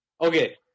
Okay